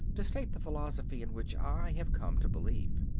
to state the philosophy in which i have come to believe.